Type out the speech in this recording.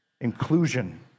inclusion